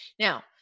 Now